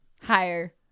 Higher